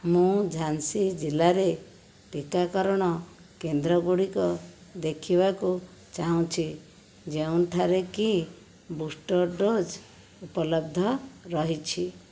ମୁଁ ଝାନ୍ସୀ ଜିଲ୍ଲାରେ ଟିକାକରଣ କେନ୍ଦ୍ରଗୁଡ଼ିକ ଦେଖିବାକୁ ଚାହୁଁଛି ଯେଉଁଠାରେକି ବୁଷ୍ଟର ଡୋଜ୍ ଉପଲବ୍ଧ ରହିଛି